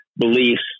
beliefs